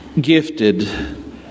gifted